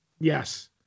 yes